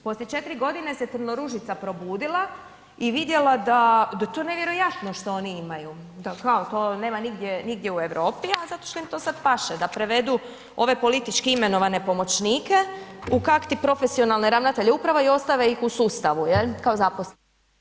Poslije 4 godine se Trnoružica probudila i vidjela da je to nevjerojatno što oni imaju, kao to nema nigdje, nigdje u Europi, a zato što im to sad paše da prevedu ove politički imenovane pomoćnike u kakti profesionalne ravnatelje uprava i ostave ih u sustavu, jel kao zaposlene.